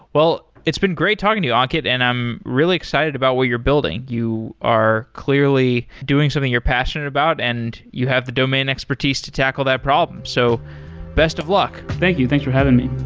well, it's been great talking to you, ankit, and i'm really excited about what you're building. you are clearly doing something you're passionate about and you have the domain expertise to tackle that problem. so best of luck. thank you. thanks for having me.